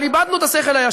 אבל איבדנו את השכל הישר.